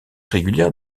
régulière